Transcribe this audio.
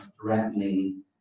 threatening